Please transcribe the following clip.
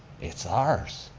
it's ours,